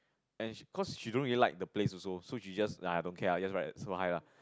and she cause she don't really the place also so she just I don't care lah just write so high lah